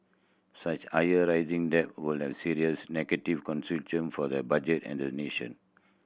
such higher rising debt would have serious negative for the budget and the nation